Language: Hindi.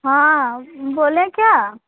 हाँ बोले क्या